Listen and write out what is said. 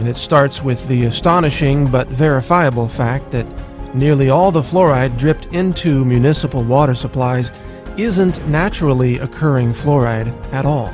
and it starts with the astonishing but verifiable fact that nearly all the fluoride dripped into municipal water supplies isn't naturally occurring fluoride at all